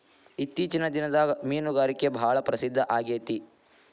ಇತ್ತೇಚಿನ ದಿನದಾಗ ಮೇನುಗಾರಿಕೆ ಭಾಳ ಪ್ರಸಿದ್ದ ಆಗೇತಿ